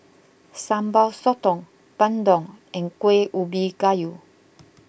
Sambal Sotong Bandung and Kuih Ubi Kayu